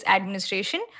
Administration